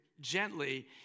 gently